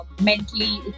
mentally